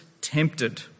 tempted